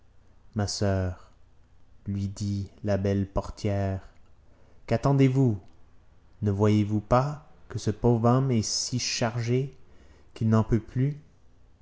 ma soeur lui dit la belle portière quattendez vous ne voyez-vous pas que ce pauvre homme est si chargé qu'il n'en peut plus